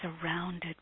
surrounded